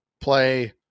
play